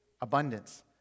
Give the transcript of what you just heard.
Abundance